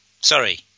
Sorry